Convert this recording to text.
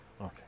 okay